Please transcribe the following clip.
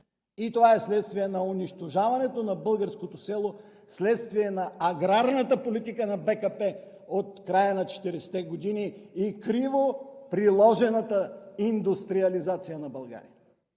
и това е вследствие на унищожаването на българското село, вследствие на аграрната политика на БКП от края на 40-те години и криво приложената индустриализация на България!